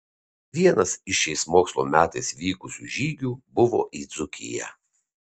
vienas iš šiais mokslo metais vykusių žygių buvo į dzūkiją